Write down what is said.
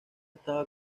estaba